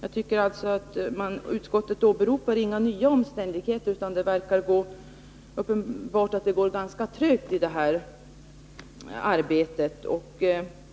Utskottet åberopar inga nya omständigheter. Det är uppenbart att arbetet går ganska trögt.